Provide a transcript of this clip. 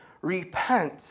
repent